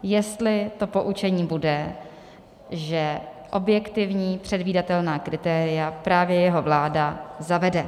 Jestli to poučení bude, že objektivní předvídatelná kritéria právě jeho vláda zavede.